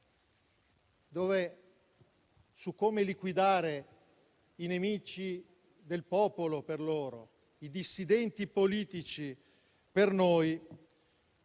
Sovietica come liquidare i "nemici del popolo" per loro, i "dissidenti politici" per noi;